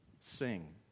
Sing